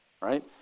right